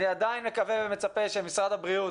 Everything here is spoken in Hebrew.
אני עדיין מקווה ומצפה שמשרד הבריאות